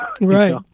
right